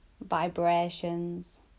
vibrations